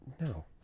No